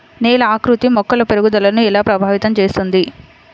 నేల ఆకృతి మొక్కల పెరుగుదలను ఎలా ప్రభావితం చేస్తుంది?